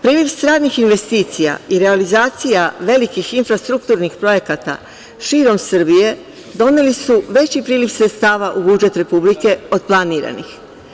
Priliv stranih investicija i realizacija velikih infrastrukturnih projekata širom Srbije doneli su veći priliv sredstava u budžet Republike od planiranih.